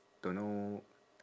don't know